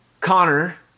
Connor